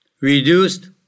reduced